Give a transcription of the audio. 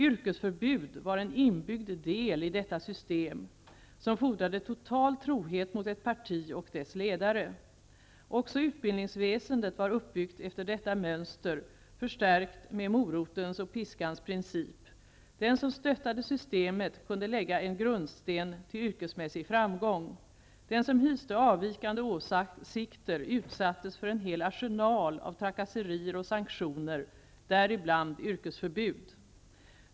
Yrkesförbud var en inbyggd del i detta system, som fordrade total trohet mot ett parti och dess ledare. Också utbildningsväsendet var uppbyggt efter detta mönster, förstärkt med morotens och piskans princip: Den som stöttade systemet kunde lägga en grundsten till yrkesmässig framgång. Den som hyste avvikande åsikter utsattes för en hel arsenal av trakasserier och sanktioner, däribland yrkesförbud.